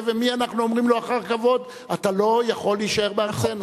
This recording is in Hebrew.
ולמי אנחנו אומרים אחר כבוד: אתה לא יכול להישאר בארצנו.